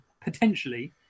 potentially